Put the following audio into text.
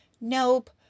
Nope